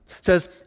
says